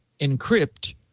encrypt